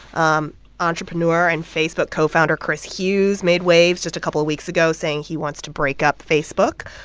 um entrepreneur and facebook co-founder chris hughes made waves just a couple of weeks ago saying he wants to break up facebook.